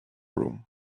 room